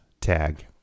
tag